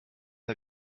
der